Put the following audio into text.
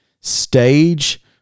stage